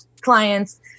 clients